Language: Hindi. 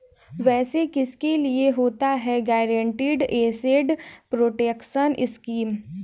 वैसे किसके लिए होता है गारंटीड एसेट प्रोटेक्शन स्कीम?